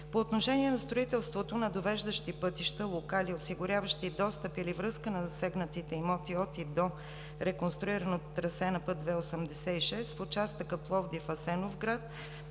По отношение на строителството на довеждащи пътища и локали, осигуряващи достъп или връзка на засегнатите имоти от и до реконструираното трасе на път ІІ-86 в участъка Пловдив – Асеновград,